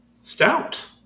stout